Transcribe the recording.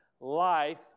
Life